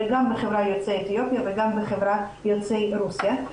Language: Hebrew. אלא גם בחברת יוצאי אתיופיה וגם בחברת יוצאי רוסיה.